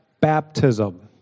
baptism